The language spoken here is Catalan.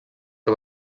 que